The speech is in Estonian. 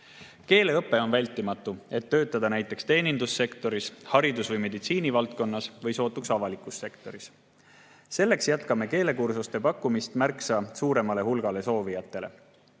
keel. Keeleõpe on vältimatu, et töötada näiteks teenindussektoris, haridus‑ või meditsiinivaldkonnas või avalikus sektoris. Selle võimaldamiseks jätkame keelekursuste pakkumist märksa suuremale hulgale soovijatele.